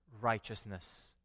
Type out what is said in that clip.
righteousness